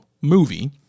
movie